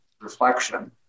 reflection